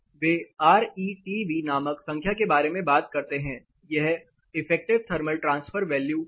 वे RETV नामक संख्या के बारे में बात करते हैं यह इफेक्टिव थर्मल ट्रांसफर वैल्यू है